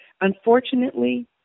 Unfortunately